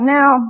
now